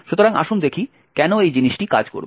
সুতরাং আসুন দেখি কেন এই জিনিসটি কাজ করবে